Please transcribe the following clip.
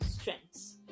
strengths